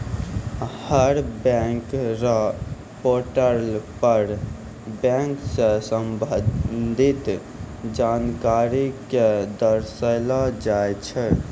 हर bank र portal पर bank स संबंधित जानकारी क दर्शैलो जाय छै